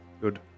Good